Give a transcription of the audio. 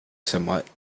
somewhat